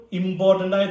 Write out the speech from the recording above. important